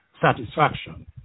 satisfaction